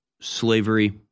slavery